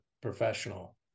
professional